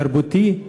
תרבותי,